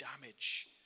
damage